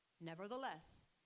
Nevertheless